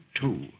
two